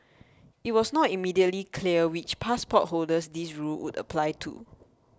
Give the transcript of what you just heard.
it was not immediately clear which passport holders this rule would apply to